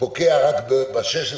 פוקע רק ב-15